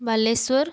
Balasore